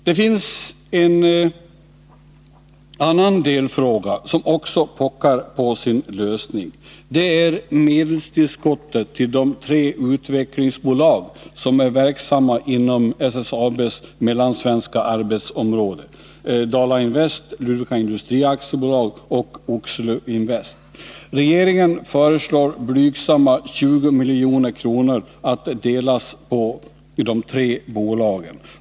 Det finns en annan delfråga som också pockar på sin lösning, och det är medelstillskottet till de tre utvecklingsbolag som är verksamma inom SSAB:s mellansvenska arbetsområde, nämligen Dala-Invest, Ludvika Industri AB och Oxelöinvest AB. Regeringen föreslår blygsamma 20 milj.kr. att delas på de tre bolagen.